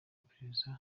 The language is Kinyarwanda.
iperereza